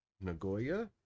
Nagoya